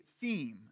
theme